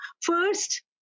first